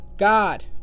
God